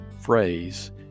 phrase